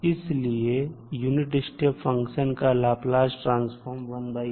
इसलिए unit step function का Laplace transform होता है